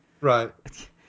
Right